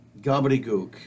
gobbledygook